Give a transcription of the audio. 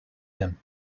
him